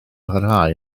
parhau